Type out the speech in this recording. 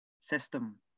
system